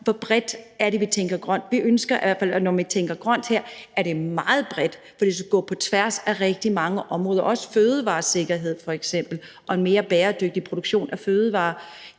hvor bredt vi tænker grønt. Vi ønsker i hvert fald, at det er meget bredt, når man tænker grønt her, for det skal gå på tværs af rigtig mange områder. Også f.eks. fødevaresikkerhed og en mere bæredygtig produktion af fødevarer.